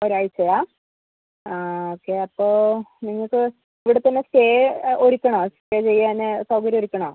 ഒരു ആഴ്ചയാണോ ആ ഓക്കേ അപ്പോൾ നിങ്ങൾക്ക് ഇവിടെത്തന്നെ സ്റ്റേ ഒരുക്കണോ സ്റ്റേ ചെയ്യാൻ സൗകര്യം ഒരുക്കണോ